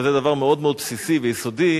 וזה דבר מאוד מאוד בסיסי ויסודי,